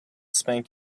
spank